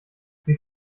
wie